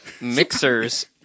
mixers